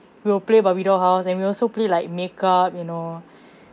we will play barbie doll house and we also play like make up you know